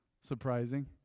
surprising